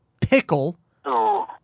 pickle